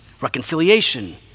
reconciliation